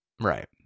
Right